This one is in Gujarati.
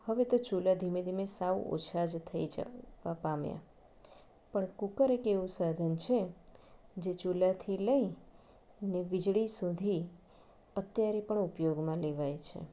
હવે તો ચૂલા ધીમે ધીમે સાવ ઓછા જ થઈ જવા પામ્યા પણ કુકર એક એવું સાધન છે જે ચૂલાથી લઈ અને વીજળી સુધી અત્યારે પણ ઉપયોગમાં લેવાય છે